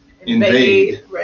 invade